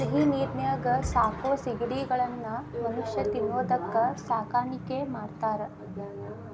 ಸಿಹಿನೇರಿನ್ಯಾಗ ಸಾಕೋ ಸಿಗಡಿಗಳನ್ನ ಮನುಷ್ಯ ತಿನ್ನೋದಕ್ಕ ಸಾಕಾಣಿಕೆ ಮಾಡ್ತಾರಾ